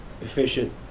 efficient